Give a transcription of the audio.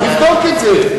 תבדוק את זה.